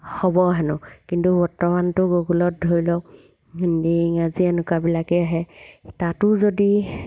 হ'ব হেনো কিন্তু বৰ্তমানটো গুগলত ধৰি লওক হিন্দী ইংৰাজী এনেকুৱাবিলাকেই আহে তাতো যদি